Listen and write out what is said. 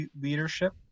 leadership